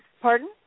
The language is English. Pardon